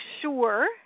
sure